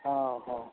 ᱦᱚᱸ ᱦᱚᱸ